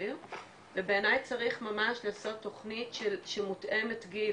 צעיר ובעיני צריך ממש לעשות תוכנית שמותאמת גיל,